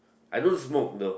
I don't smoke though